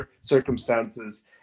circumstances